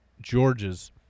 George's